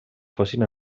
fossin